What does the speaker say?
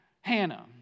Hannah